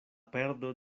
perdo